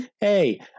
hey